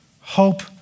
hope